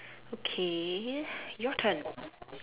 okay your turn